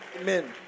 Amen